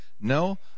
No